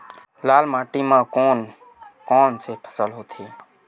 लाल माटी म कोन कौन से फसल होथे?